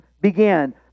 began